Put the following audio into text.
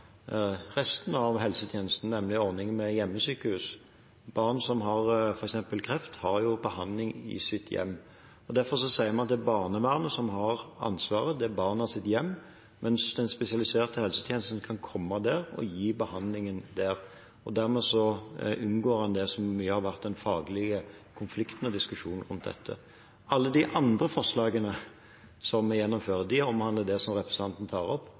resten av helsetjenesten, nemlig ordningen med hjemmesykehus. Barn som har f.eks. kreft, får jo behandling i sitt hjem. Derfor sier vi at det er barnevernet som har ansvaret der barnet har sitt hjem, mens den spesialiserte helsetjenesten kan komme dit og gi behandlingen der. Dermed unngår en det som har vært mye av den faglige konflikten og diskusjonen rundt dette. Alle de andre forslagene som vi gjennomfører, omhandler det som representanten tar opp: